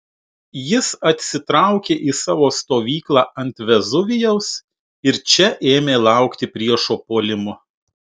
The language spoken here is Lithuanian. jis atsitraukė į savo stovyklą ant vezuvijaus ir čia ėmė laukti priešo puolimo